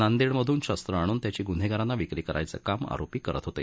नांदेड मधून शस्त्र आणून त्याची गुन्हेगारांना विक्री करण्याचं काम आरोपी करत होते